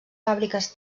fàbriques